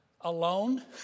alone